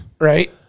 right